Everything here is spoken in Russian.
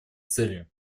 целью